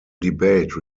debate